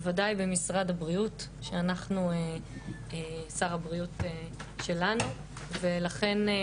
בוודאי במשרד הבריאות שאנחנו עם שר הבריאות שהוא שלנו ולכן,